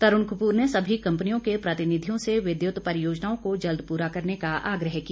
तरुण कपूर ने सभी कंपनियों के प्रतिनिधियों से विद्युत परियोजनाओं को जल्द पूरा करने का आग्रह किया